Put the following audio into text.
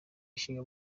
ishinga